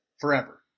forever